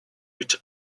with